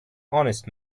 honest